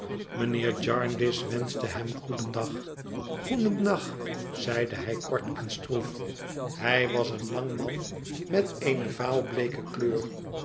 mijnheer jarndyce wcnschte hem goedendag goedendag zeide hij korten stroef hij was een lang man met eene vaalbleeke kleur